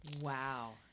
Wow